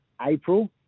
april